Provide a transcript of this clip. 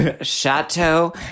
chateau